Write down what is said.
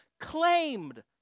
claimed